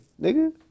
nigga